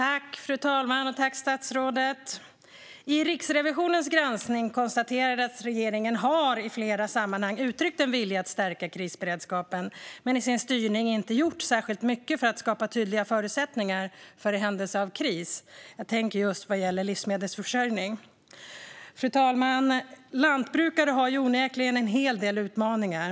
Fru talman! Tack, statsrådet! I Riksrevisionens granskning konstaterades att regeringen i flera sammanhang har uttryckt en vilja att stärka krisberedskapen men i sin styrning inte gjort särskilt mycket för att skapa tydliga förutsättningar i händelse av kris. Jag tänker just på livsmedelsförsörjning. Fru talman! Lantbrukare har onekligen en hel del utmaningar.